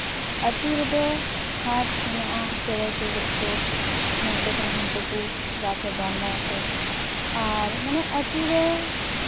ᱟᱛᱳ ᱨᱮᱫᱚ ᱠᱷᱟᱥ ᱢᱮᱱᱟᱜᱼᱟ ᱪᱮᱬᱮ ᱪᱚᱲᱜᱚᱡ ᱠᱚ ᱱᱚᱛᱮ ᱠᱷᱚᱱ ᱦᱟᱱᱛᱮ ᱠᱚ ᱜᱷᱟᱥ ᱨᱮ ᱫᱚᱱ ᱵᱟᱲᱟᱭᱛᱮ ᱟᱨ ᱢᱟᱱᱮ ᱟᱛᱳ ᱨᱮ